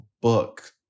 book